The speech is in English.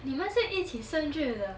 妳们是一起生日的